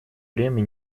время